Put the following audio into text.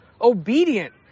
obedient